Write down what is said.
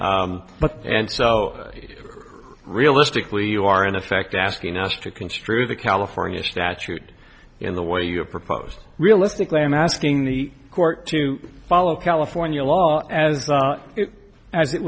but and so realistically you are in effect asking us to construe the california statute in the way you propose realistically i'm asking the court to follow california law a